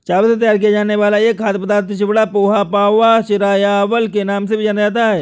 चावल से तैयार किया जाने वाला यह खाद्य पदार्थ चिवड़ा, पोहा, पाउवा, चिरा या अवल के नाम से भी जाना जाता है